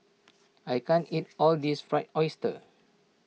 I can't eat all of this Fried Oyster